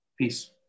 peace